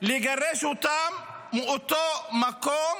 לגרש אותם מאותו מקום,